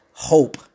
hope